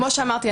כמו שאמרתי,